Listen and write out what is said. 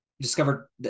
discovered